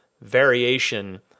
variation